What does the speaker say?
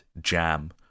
jam